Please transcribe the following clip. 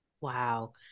Wow